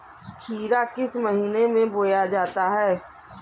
खीरा किस महीने में बोया जाता है?